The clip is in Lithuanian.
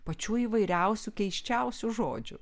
pačių įvairiausių keisčiausių žodžių